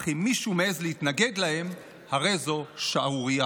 אך אם מישהו מעז להתנגד להם הרי זו שערורייה".